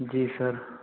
जी sir